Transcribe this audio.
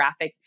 graphics